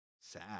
sad